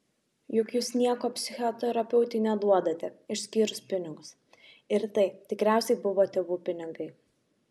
juk jūs nieko psichoterapeutei neduodate išskyrus pinigus ir tai tikriausiai buvo tėvų pinigai